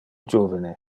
juvene